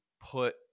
put